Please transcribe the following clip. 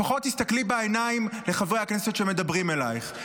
לפחות תסתכלי בעיניים לחברי הכנסת שמדברים אלייך,